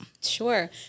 Sure